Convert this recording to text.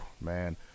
man